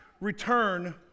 return